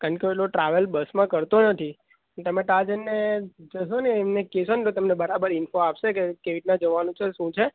કારણ કે હુ એટલો ટ્રાવેલ બસમાં કરતો નથી ને તમે ત્યાં જઇને જશો ને એમને કહેશો ને તો તમને બરાબર ઇન્ફૉ આપશે કે કેવી રીતના જવાનું છે શું છે